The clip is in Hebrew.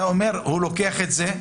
אתה אומר שהוא לוקח את זה,